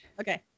okay